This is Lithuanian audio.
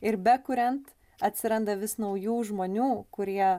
ir bekuriant atsiranda vis naujų žmonių kurie